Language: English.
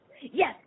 yes